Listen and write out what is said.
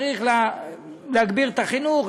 צריך להגביר את החינוך,